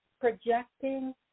projecting